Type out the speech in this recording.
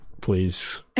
please